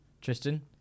Tristan